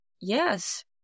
yes